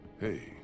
Hey